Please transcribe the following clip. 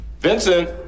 Vincent